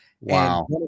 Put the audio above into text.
Wow